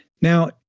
Now